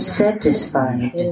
satisfied